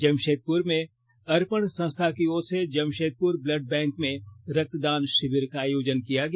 जमषेदपुर में अर्पण संस्था की ओर से जमशेदपुर ब्लड बैंक में रक्तदान शिविर का आयोजन किया गया